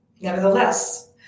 nevertheless